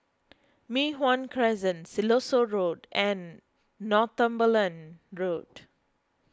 Mei Hwan Crescent Siloso Road and Northumberland Road